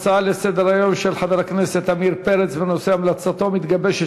הצעה לסדר-היום של חבר הכנסת עמיר פרץ בנושא: המלצתו המתגבשת